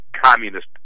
communist